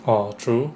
orh true